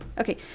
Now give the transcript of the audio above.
okay